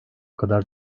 kadar